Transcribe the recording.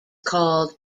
called